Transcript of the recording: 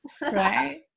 Right